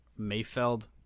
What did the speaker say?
Mayfeld